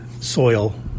soil